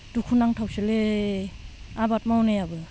दुखुनांथावसोलै आबाद मावनायाबो